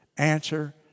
Answer